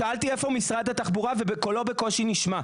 שאלתי איפה משרד התחבורה, וקולו בקושי נשמע.